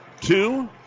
two